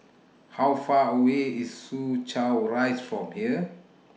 How Far away IS Soo Chow Rise from here